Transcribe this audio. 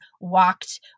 walked